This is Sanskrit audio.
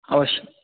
अवश्यं